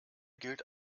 gilt